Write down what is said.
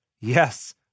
Yes